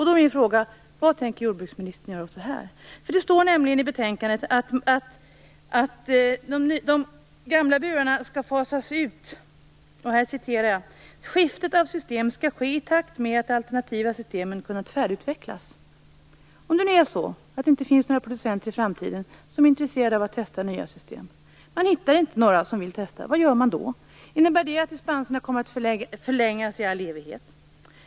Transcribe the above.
Då är min fråga: Vad tänker jordbruksministern göra åt det här? Det står nämligen i betänkandet att de gamla burarna skall fasas ut. "Skiftet av system får ske i takt med att de alternativa systemen kunnat färdigutvecklas." Om det inte finns några producenter i framtiden som är intresserade av att testa nya system, om man inte hittar några som vill testa, vad gör man då? Innebär det att dispenserna kommer att förlängas i all evighet?